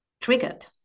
triggered